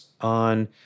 on